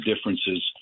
differences